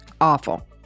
awful